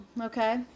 okay